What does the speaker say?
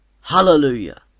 Hallelujah